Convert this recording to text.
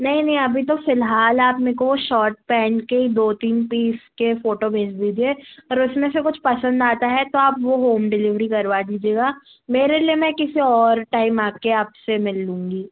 नहीं नहीं अभी तो फ़िलहाल आप मेरे को वह शर्ट पैन्ट के ही दो तीन पीस के फ़ोटो भेज दीजिए और उसमें से कुछ पसंद आता है तो आप वह होम डिलीवरी करवा दीजिएगा मेरे लिए मैं किसी और टाइम आ कर आपसे मिल लूँगी